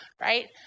right